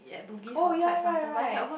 oh ya right right